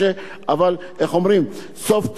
ואני חושב ששמחה עוד יותר גדולה היא